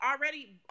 already